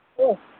ꯑꯣ